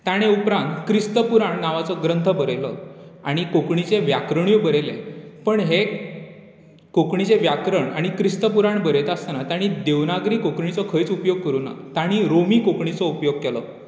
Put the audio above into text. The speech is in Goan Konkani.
तांणी उपरान क्रिस्तपुराण नांवाचो ग्रंथ बरयलो आनी कोंकणीचें व्याकरणूय बरयलें पण हें कोंकणीचें व्याकरण आनी क्रिस्तपुराण बरयता आसतना तांणी देवनागरी कोंकणीचो खंयच उपयोग करूंक ना तांणी रोमीचो कोंकणीचो उपयोग केलो